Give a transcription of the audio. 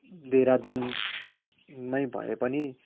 देहरादुन नै भएपनि